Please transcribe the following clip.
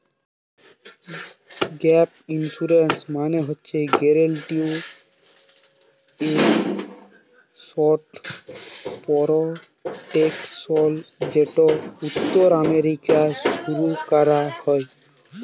gap insurance মালে হছে guaranteed asset protection যেট উত্তর আমেরিকায় শুরু ক্যরা হ্যয়